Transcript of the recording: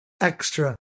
extra